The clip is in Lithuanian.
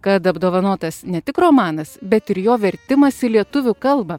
kad apdovanotas ne tik romanas bet ir jo vertimas į lietuvių kalbą